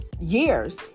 years